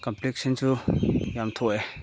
ꯀꯝꯄ꯭ꯂꯦꯛꯁꯟꯁꯨ ꯌꯥꯝ ꯊꯣꯛꯑꯦ